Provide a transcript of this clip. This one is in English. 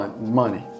money